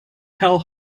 tell